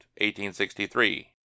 1863